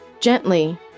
Gently